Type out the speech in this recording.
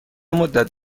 مدت